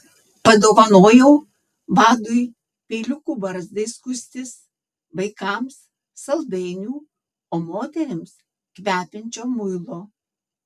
padovanojau vadui peiliukų barzdai skustis vaikams saldainių o moterims kvepiančio muilo